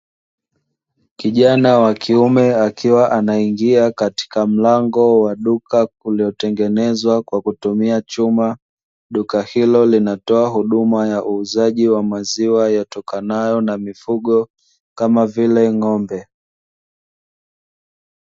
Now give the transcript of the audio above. Kijana wa kiume akiwa anaingia katika mlango wa duka uliotengenezwa kwa kutumia chuma, Duka hilo linatoa huduma ya uuzaji wa maziwa yatokanayo na mifugo kama vile ng'ombe.